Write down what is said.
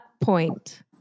point